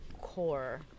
core